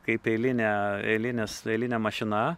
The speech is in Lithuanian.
kaip eilinė eilinis eilinė mašina